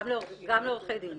גם לעורכי דין.